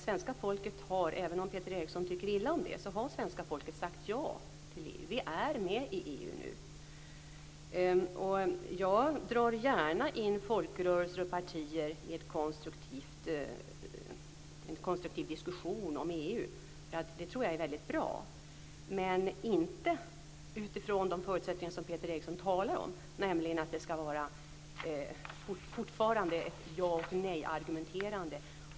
Svenska folket - även om Peter Eriksson tycker illa om det - har sagt ja till EU. Vi är med i EU. Jag drar gärna in folkrörelser och partier i en konstruktiv diskussion om EU. Jag tror att det är bra. Men det skall inte vara utifrån de förutsättningar Peter Eriksson talar om, nämligen att det fortfarande skall vara ett ja-och-nejargumenterande.